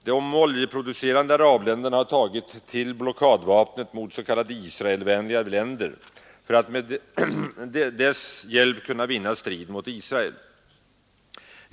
De oljeproducerande arabländerna har tagit till blockadvapnet mot s.k. Israelvänliga länder för att med dess hjälp kunna vinna striden mot Israel.